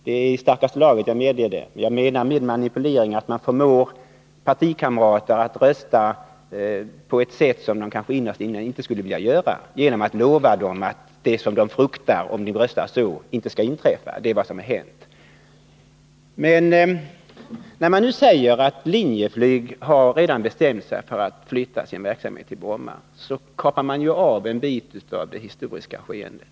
Det är i starkaste laget, jag medger det. Jag menar med manipulering att man förmår partikamrater att rösta på ett sätt som de kanske innerst inne inte skulle vilja genom att lova dem att det som de fruktar, om de röstar så, inte skall inträffa. Det är vad som har hänt. När man nu säger att Linjeflyg redan har bestämt sig för att flytta sin verksamhet till Bromma kapar man ju av en bit av det historiska skeendet.